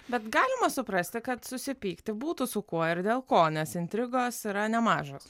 bet galima suprasti kad susipykti būtų su kuo ir dėl ko nes intrigos yra nemažos